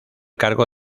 cargo